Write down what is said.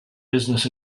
business